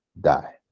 die